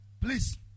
please